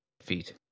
feet